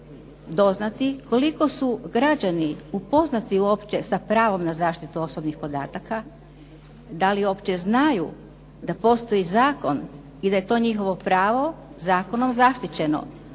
doznati koliko su građani upoznati uopće sa pravom na zaštitu osobnih podataka, da li uopće znaju da postoji zakon i da je to njihovo pravo zakonom zaštićeno,